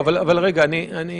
רגע.